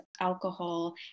alcohol